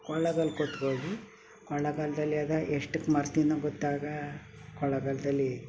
ಕೊಳ್ಳಗಳು ಕೂತ್ಕೋ ಹೋಗಿ ಕೊಳ್ಳಗಾಲದಲ್ಲಿ ಅದು ಎಷ್ಟಕ್ಕೆ ಮಾರ್ತೀನೋ ಗೊತ್ತಾಗೋ ಕೊಳ್ಳೇಗಾಲದಲ್ಲಿ